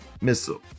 missile